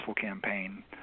campaign